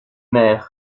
mer